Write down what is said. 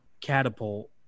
catapult